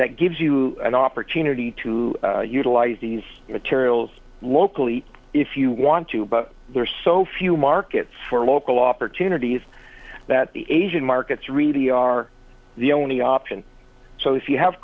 that gives you an opportunity to utilize these materials locally if you want to but there are so few markets for local opportunities that the asian markets really are the only option so if you have